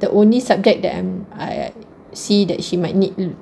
the only subject that I am I see that she might need l~